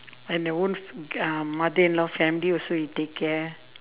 and their own f~ uh mother in law family also he take care